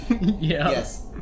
Yes